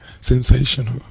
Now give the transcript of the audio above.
Sensational